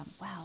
Wow